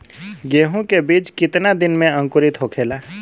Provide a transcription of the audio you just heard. गेहूँ के बिज कितना दिन में अंकुरित होखेला?